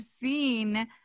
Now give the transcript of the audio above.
seen